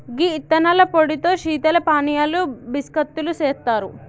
గీ యిత్తనాల పొడితో శీతల పానీయాలు బిస్కత్తులు సెత్తారు